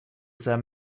sei